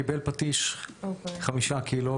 קיבל פטיש חמישה קילו,